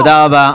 תודה רבה.